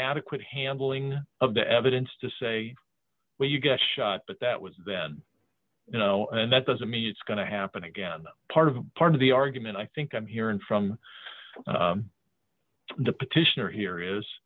adequate handling of the evidence to say where you got shot but that was then you know and that doesn't mean it's going to happen again part of part of the argument i think i'm hearing from the petitioner here is